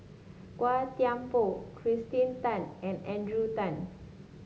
Gan Thiam Poh Kirsten Tan and Adrian Tan